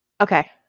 Okay